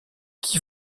qui